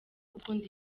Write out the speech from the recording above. ukunda